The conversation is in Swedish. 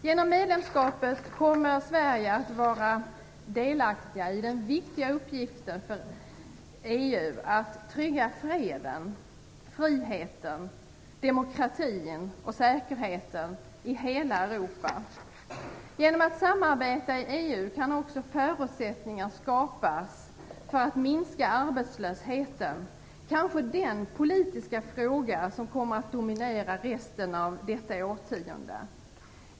Genom medlemskapet kommer Sverige att vara delaktigt i den viktiga uppgiften för EU att trygga freden, friheten, demokratin och säkerheten i hela Europa. Genom att samarbeta i EU kan också förutsättningar skapas för att minska arbetslösheten, kanske den politiska fråga som kommer att dominera resten av detta årtionde.